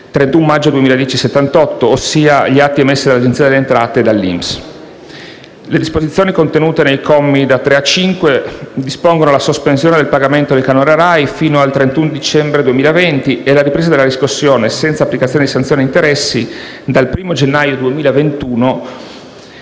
31 maggio 2010, ossia gli atti emessi dall'Agenzia delle entrate e dall'INPS. Le disposizioni contenute nei commi da 3 a 5 dispongono la sospensione del pagamento del canone RAI fino al 31 dicembre 2020 e la ripresa della riscossione, senza applicazione di sanzioni e di interessi, dal primo gennaio 2021.